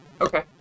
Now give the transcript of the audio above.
Okay